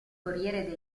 corriere